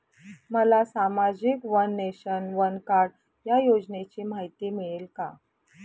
मला सामाजिक one nation, one card या योजनेची माहिती मिळेल का?